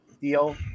deal